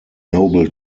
noble